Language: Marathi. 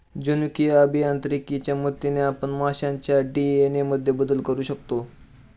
जनुकीय अभियांत्रिकीच्या मदतीने आपण माशांच्या डी.एन.ए मध्येही बदल करू शकतो